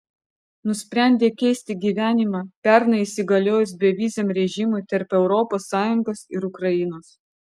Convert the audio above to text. nusprendė keisti gyvenimą pernai įsigaliojus beviziam režimui tarp europos sąjungos ir ukrainos